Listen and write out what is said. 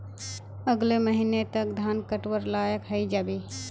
अगले महीने तक धान कटवार लायक हई जा बे